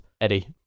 Eddie